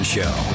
Show